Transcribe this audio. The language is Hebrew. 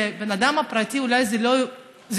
לבן אדם פרטי אולי זה לא הרבה,